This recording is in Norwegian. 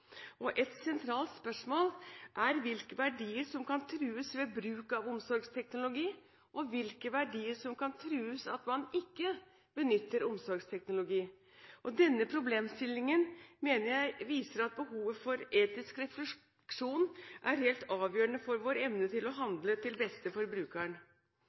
og et sentralt spørsmål er hvilke verdier som kan trues ved bruk av omsorgsteknologi, og hvilke verdier som kan trues av at man ikke benytter omsorgsteknologi. Denne problemstillingen mener jeg viser at behovet for etisk refleksjon er helt avgjørende for vår evne til å